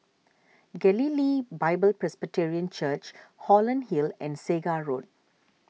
Galilee Bible Presbyterian Church Holland Hill and Segar Road